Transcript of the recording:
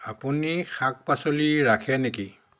আপুনি শাক পাচলি ৰাখে নেকি